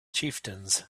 chieftains